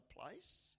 place